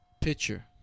picture